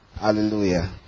Hallelujah